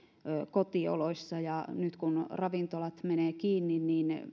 kotioloissa ja nyt kun ravintolat menevät kiinni niin